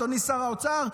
אדוני שר האוצר?